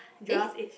Joel's age